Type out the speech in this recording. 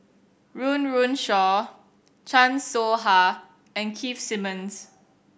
Run Run Shaw Chan Soh Ha and Keith Simmons